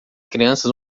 crianças